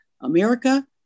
America